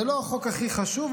זה לא החוק הכי חשוב,